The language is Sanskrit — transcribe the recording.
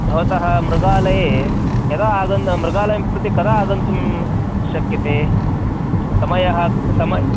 भवतः मृगालये यदा आगन् मृगालयं प्रति कदा आगन्तुं शक्यते समयः समयः